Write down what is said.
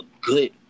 good